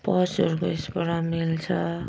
पशुहरूको उयसबाट मिल्छ